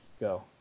go